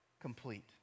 complete